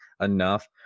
enough